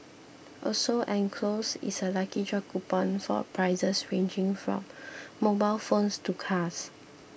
also enclosed is a lucky draw coupon for prizes ranging from mobile phones to cars